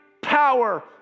power